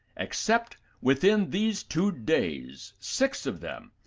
except, within these two days, six of them,